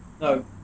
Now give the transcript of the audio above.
no